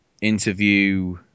interview